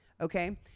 Okay